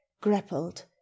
grappled